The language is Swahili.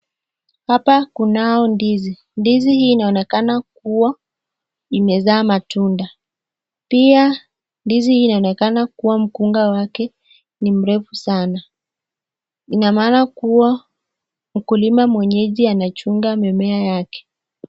Hapa kunao ndizi, ndizi hii inaonekana kuwa imezaa matunda pia ndizi hii inaonekana kuwa mkunga wake ni mrefu sana, ina maana kuwa mkulima mwenyeji anachunga mimea yake.